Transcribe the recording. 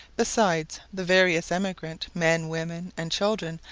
besides the various emigrants, men, women, and children,